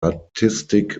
artistic